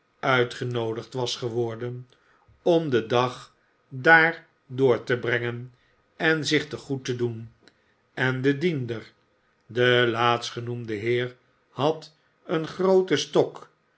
uitgenoodigd was geworden om den dag daar door te brengen en zich te goed te doen en de diender de laatstgenoemde heer had een grooten stok